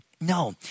No